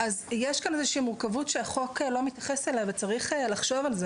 אז יש כאן איזושהי מורכבות שהחוק לא מתייחס אליה וצריך לחשוב על זה,